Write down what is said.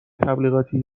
تبلیغاتی